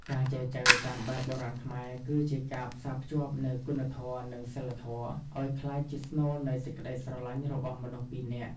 ការចែចូវតាមបែបបុរាណខ្មែរ គឺជាការផ្សារភ្ជាប់នូវ "គុណធម៌ និងសីលធម៌" ឱ្យក្លាយជាស្នូលនៃសេចក្ដីស្រឡាញ់របស់មនុស្សពីរនាក់។